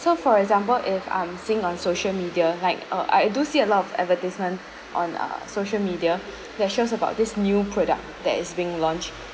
so for example if I'm seeing on social media like uh I do see a lot of advertisement on uh social media that shows about this new product that is being launched